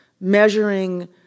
measuring